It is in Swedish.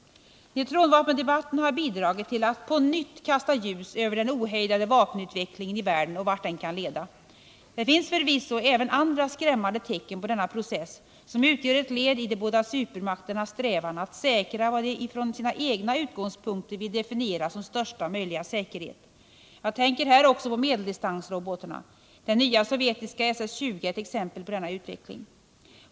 Neutronvapendebatten har bidragit till att på nytt kasta ljus över den ohejdade vapenutvecklingen i världen och vart den kan leda. Det finns förvisso även andra skrämmande tecken på denna process som utgör ett led i de båda supermakternas strävan att säkra vad de från sina egna utgångspunkter vill definiera som största möjliga säkerhet. Jag tänker här också på medeldistansrobotarna. Den nya sovjetiska SS 20 är ett exempel på denna utveckling.